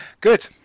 Good